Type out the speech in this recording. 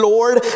Lord